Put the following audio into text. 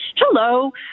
Hello